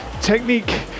technique